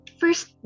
first